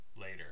later